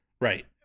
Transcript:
Right